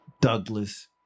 Douglas